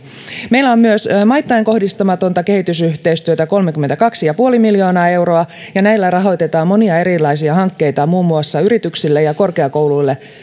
on myös maittain kohdistamatonta kehitysyhteistyötä kolmekymmentäkaksi pilkku viisi miljoonaa euroa ja näillä rahoitetaan monia erilaisia hankkeita muun muassa yrityksille ja korkeakouluille